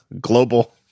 global